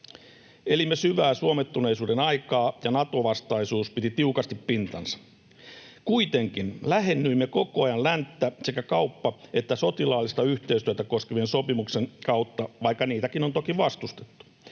Elimme syvää suomettuneisuuden aikaa, ja Nato-vastaisuus piti tiukasti pintansa. Kuitenkin lähennyimme koko ajan länttä sekä kauppa- että sotilaallista yhteistyötä koskevien sopimusten kautta, vaikka niitäkin on toki vastustettu.